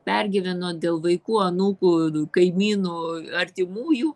pergyvenot dėl vaikų anūkų kaimynų artimųjų